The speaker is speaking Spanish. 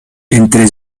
entre